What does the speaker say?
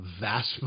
vast